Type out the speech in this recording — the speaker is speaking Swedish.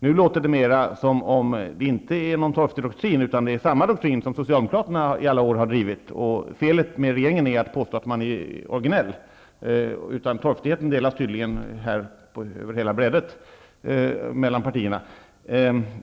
Nu låter det mera som att det inte är en torftig doktrin utan att det är samma doktrin som Socialdemokraterna har drivit i alla år. Felet med regeringen är att man påstår att man är originell. Torftigheten delas tydligen över hela brädet mellan partierna.